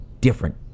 different